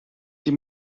die